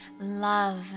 Love